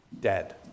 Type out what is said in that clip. dead